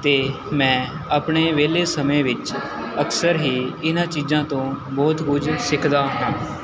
ਅਤੇ ਮੈਂ ਆਪਣੇ ਵਿਹਲੇ ਸਮੇਂ ਵਿੱਚ ਅਕਸਰ ਹੀ ਇਹਨਾਂ ਚੀਜ਼ਾਂ ਤੋਂ ਬਹੁਤ ਕੁਝ ਸਿੱਖਦਾ ਹਾਂ